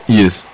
yes